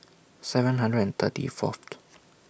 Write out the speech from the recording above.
seven hundred and thirty Fourth